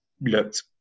looked